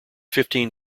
fifteen